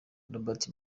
robert